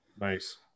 Nice